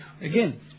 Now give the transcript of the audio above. Again